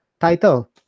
title